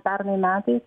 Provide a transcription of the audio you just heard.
pernai metais